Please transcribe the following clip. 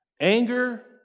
Anger